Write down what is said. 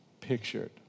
pictured